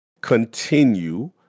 continue